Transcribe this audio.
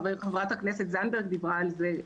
חברת הכנסת זנדברג דיברה על זה.